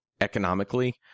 economically